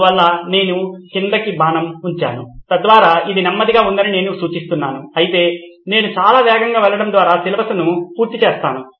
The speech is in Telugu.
అందువల్ల నేను క్రిందికి బాణం ఉంచాను తద్వారా ఇది నెమ్మదిగా ఉందని నేను సూచిస్తున్నాను అయితే నేను చాలా వేగంగా వెళ్ళడం ద్వారా సిలబస్ను పూర్తి చేస్తాను